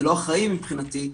זה לא אחראי מבחינתי,